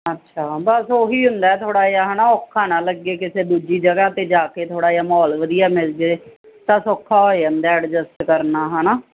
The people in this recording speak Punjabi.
ਅੱਛਾ ਬਸ ਉਹ ਹੀ ਹੁੰਦਾ ਥੋੜ੍ਹਾ ਜਿਹਾ ਹੈ ਨਾ ਔਖਾ ਨਾ ਲੱਗੇ ਕਿਸੇ ਦੂਜੀ ਜਗ੍ਹਾ 'ਤੇ ਜਾ ਕੇ ਥੋੜ੍ਹਾ ਜਿਹਾ ਮਾਹੌਲ ਵਧੀਆ ਮਿਲ ਜਾਵੇ ਤਾਂ ਸੌਖਾ ਹੋ ਜਾਂਦਾ ਐਡਜਸਟ ਕਰਨਾ ਹੈ ਨਾ